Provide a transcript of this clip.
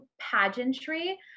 pageantry